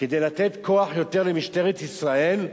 כדי לתת יותר כוח למשטרת ישראל.